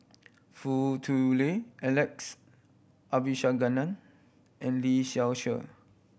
Foo Tui Liew Alex Abisheganaden and Lee Seow Ser